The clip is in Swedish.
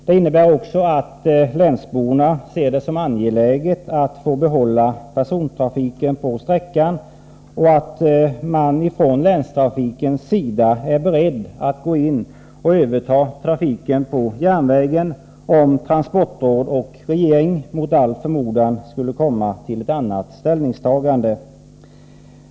Det innebär också att länsborna ser det som angeläget att få behålla persontrafiken på sträckan och att man från länstrafikens sida är beredd att gå in och överta trafiken på järnvägen, om transportråd och regering mot all förmodan skulle komma till ett annat ställningstagande.